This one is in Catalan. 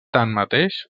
tanmateix